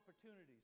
opportunities